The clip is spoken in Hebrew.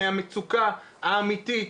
מהמצוקה האמיתית,